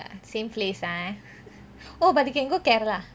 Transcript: same place oh but you can go kerala